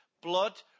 Blood